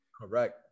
Correct